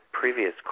previous